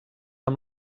amb